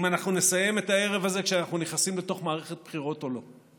אם אנחנו נסיים את הערב הזה כשאנחנו נכנסים לתוך מערכת בחירות או לא.